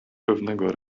pewnego